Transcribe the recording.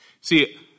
See